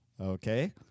Okay